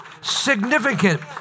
significant